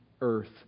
earth